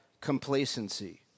complacency